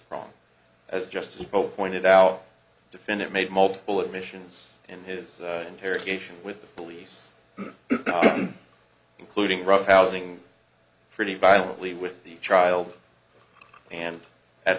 from as just spoke pointed out defendant made multiple admissions in his interrogation with the police including roughhousing pretty violently with the child and at